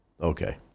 Okay